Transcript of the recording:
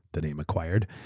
the name acquired.